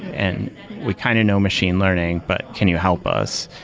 and we kind of know machine learning, but can you help us?